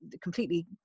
completely